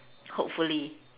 hopefully